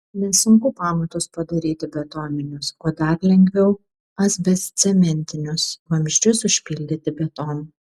nesunku pamatus padaryti betoninius o dar lengviau asbestcementinius vamzdžius užpildyti betonu